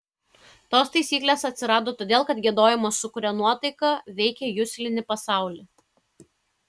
tos taisyklės atsirado todėl kad giedojimas sukuria nuotaiką veikia juslinį pasaulį